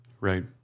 Right